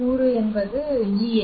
கூறு Ex